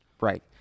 Right